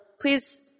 please